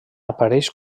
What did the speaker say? apareix